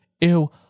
Ew